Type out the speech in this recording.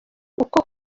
uko